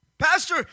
Pastor